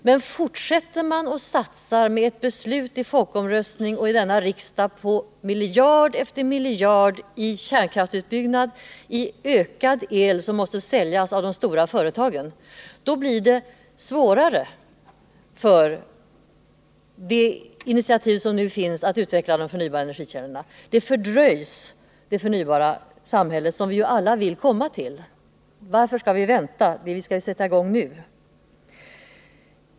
Men om riksdagen efter ett beslut i folkomröstningen fortsätter att satsa miljard efter miljard på en kärnkraftsutbyggnad, på en ökad elförbrukning som måste säljas av de stora företagen, blir det svårare att fortsätta denna utveckling av de förnybara energikällorna. Det förnybara samhälle som vi alla eftersträvar kommer då att fördröjas. Varför skall vi vänta? Vi skall sätta i gång nu!